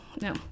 No